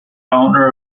owner